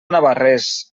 navarrés